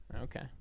Okay